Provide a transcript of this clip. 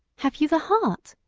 have you the heart?